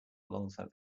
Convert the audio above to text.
alongside